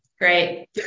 great